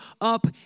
up